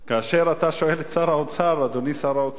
כאשר אתה שואל את שר האוצר: אדוני שר האוצר,